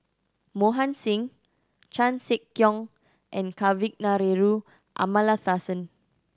Mohan Singh Chan Sek Keong and Kavignareru Amallathasan